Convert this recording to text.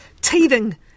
teething